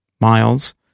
Miles